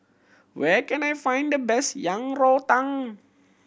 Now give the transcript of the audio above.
where can I find the best Yang Rou Tang